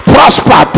Prosper